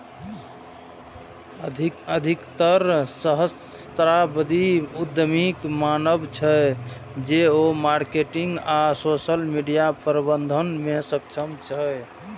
अधिकतर सहस्राब्दी उद्यमीक मानब छै, जे ओ मार्केटिंग आ सोशल मीडिया प्रबंधन मे सक्षम छै